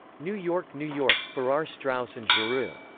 new york, new york farrar straus and giroux.